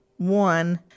One